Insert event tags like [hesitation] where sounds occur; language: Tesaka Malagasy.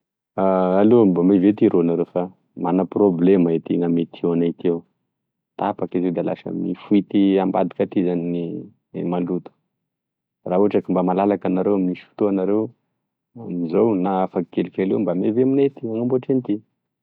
[hesitation] Allô, mba miavia aty rô nareo fa magna problemy iahy ety gn'ame tuyau aty tapaky izy io da lasa mifoity ambadika ety zagne gne maloto raha ohatry mba malalaky anareo misy fotoa anareo amzao na afaky kelikely eo mba mevia amignay ety mba manamboatry anty.